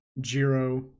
Jiro